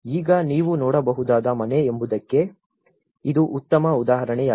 ಈಗ ನೀವು ನೋಡಬಹುದಾದ ಮನೆ ಎಂಬುದಕ್ಕೆ ಇದು ಉತ್ತಮ ಉದಾಹರಣೆಯಾಗಿದೆ